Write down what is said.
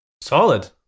solid